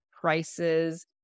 prices